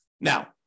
Now